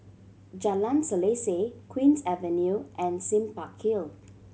Jalan Selaseh Queen's Avenue and Sime Park Hill